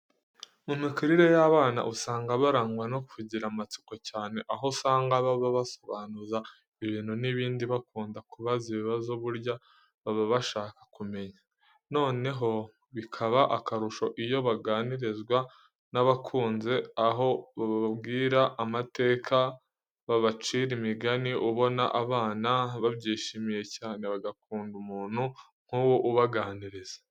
Mu mikurire y'abana usanga barangwa no kugira amatsiko, cyane aho usanga baba basobanuza ibintu n'ibindi, bakunda kubaza ibibazo burya baba bashaka kumenya. Noneho bikaba akarusho iyo baganirizwa n'abakuze, aho bababwira amateka, babacira imigani ubona abana babyishimira cyane bagakunda umuntu nk'uwo ubaganiriza.